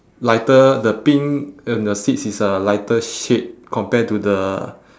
lighter the pink and the seats is a lighter shade compared to the